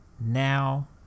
now